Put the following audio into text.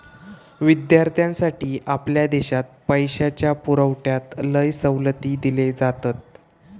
विद्यार्थ्यांसाठी आपल्या देशात पैशाच्या पुरवठ्यात लय सवलती दिले जातत